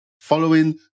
Following